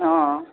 অঁ